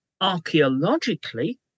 archaeologically